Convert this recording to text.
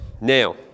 Now